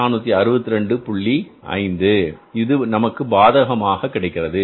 5 இது நமக்கு பாதகமாக கிடைக்கிறது